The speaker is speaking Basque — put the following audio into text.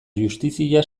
justizia